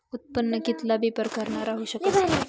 उत्पन्न कित्ला बी प्रकारनं राहू शकस